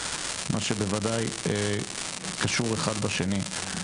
מה שבוודאי קשור אחד בשני.